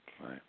Right